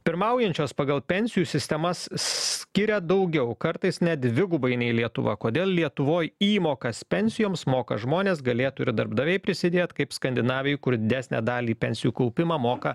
pirmaujančios pagal pensijų sistemas skiria daugiau kartais net dvigubai nei lietuva kodėl lietuvoj įmokas pensijoms moka žmonės galėtų ir darbdaviai prisidėt kaip skandinavijoj kur didesnę dalį į pensijų kaupimą moka